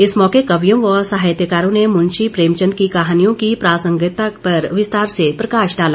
इस मौके कवियों व साहित्यकारों ने मुंशी प्रेमचंद की कहानियों की प्रासंगिकता पर विस्तार से प्रकाश डाला